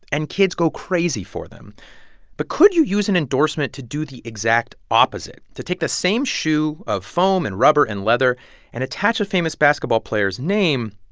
and kids go crazy for them but could you use an endorsement to do the exact opposite to take the same shoe of foam and rubber and leather and attach a famous basketball player's name,